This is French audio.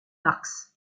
marks